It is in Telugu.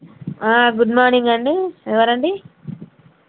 గుడ్ మార్నింగ్ అండి ఎవరండీ